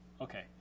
Okay